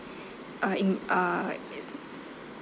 uh in~ uh